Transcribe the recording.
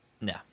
No